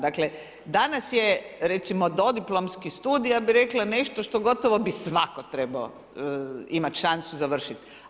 Dakle, danas je dodiplomski studij, ja bi rekla, nešto što gotovo bi svako trebao imati šansu završiti.